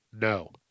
No